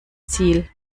ziel